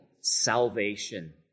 salvation